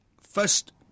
First